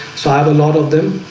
so i have a lot of them.